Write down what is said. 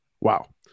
Wow